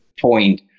point